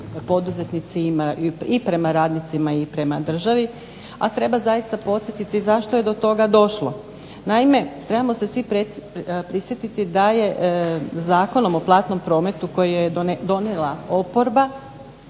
i prema radnicima i prema državi, a treba zaista podsjetiti zašto je do toga došlo. Naime trebamo se svi prisjetiti da je Zakonom o platnom prometu koji je donijela oporba,